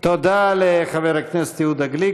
תודה לחבר הכנסת יהודה גליק.